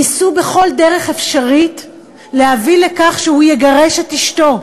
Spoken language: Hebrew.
ניסה בכל דרך אפשרית להביא לכך שהוא יגרש את אשתו,